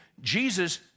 Jesus